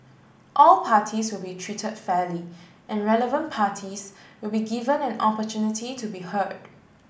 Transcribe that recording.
all parties will be treated fairly and relevant parties will be given an opportunity to be heard